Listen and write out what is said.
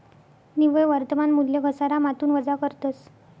निव्वय वर्तमान मूल्य घसारामाथून वजा करतस